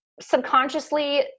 subconsciously